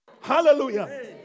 Hallelujah